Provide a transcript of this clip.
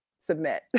submit